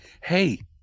hey